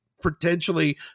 potentially